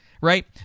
right